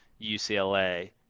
UCLA